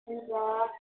हुन्छ